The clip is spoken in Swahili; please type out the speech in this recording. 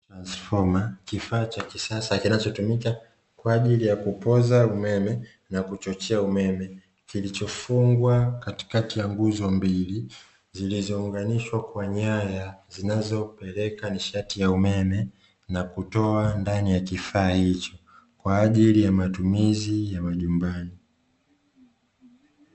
Tranfoma; kifaa cha kisasa kinachotumika kwa ajili ya kupoza umeme na kuchochea umeme kilichofungwa katikati ya nguzo mbili, zilizounganishwa kwa nyaya zinazo peleka nishati ya umeme na kutoa ndani ya kifaa hicho kwa ajili ya matumizi ya majumbani.